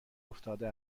افتاده